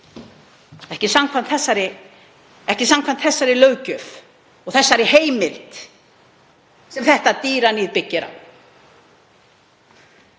Ekki samkvæmt þessari löggjöf og þeirri heimild sem þetta dýraníð byggir